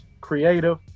Creative